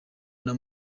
abo